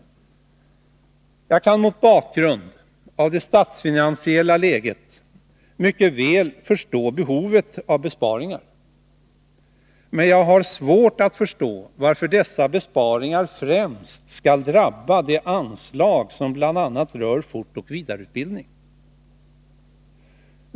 Jag kan mot bakgrund av det statsfinansiella läget mycket väl förstå behovet av besparingar. Men jag har svårt att förstå varför dessa besparingar främst skall drabba det anslag som bl.a. rör fortoch vidareutbildning.